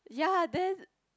ya then